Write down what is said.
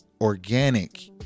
organic